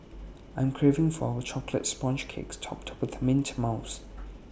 I'm craving for A Chocolate Sponge Cake Topped with Mint Mousse